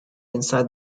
inside